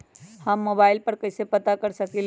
हम मोबाइल पर कईसे पता कर सकींले?